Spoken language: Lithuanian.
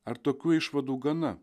ar tokių išvadų gana